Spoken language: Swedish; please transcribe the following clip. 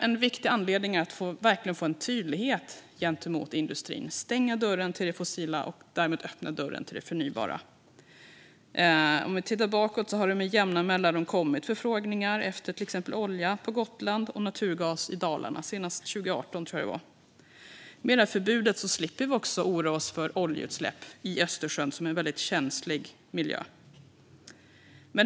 En viktig anledning är att verkligen få en tydlighet gentemot industrin att stänga dörren till det fossila och därmed öppna dörren till det förnybara. Om vi tittar bakåt har det med jämna mellanrum kommit förfrågningar efter till exempel olja på Gotland och naturgas i Dalarna - senast 2018. Med ett förbud slipper vi oroa oss för oljeutsläpp i Östersjön, som är en känslig miljö.